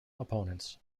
opponents